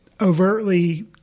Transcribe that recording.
overtly